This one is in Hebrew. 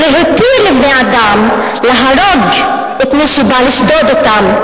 ולהתיר לבני-אדם להרוג את מי שבא לשדוד אותם,